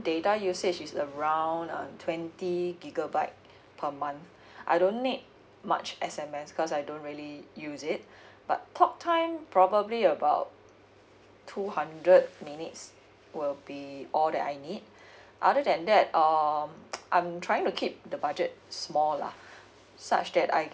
data usage is around uh twenty gigabyte per month I don't need much S_M_S because I don't really use it but talk time probably about two hundred minutes will be all that I need other than that um I'm trying to keep the budget small lah such that I